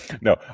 No